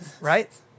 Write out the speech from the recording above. right